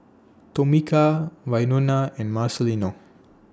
Tomika Wynona and Marcelino